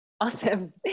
Awesome